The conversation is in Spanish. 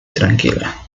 tranquila